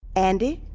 andi,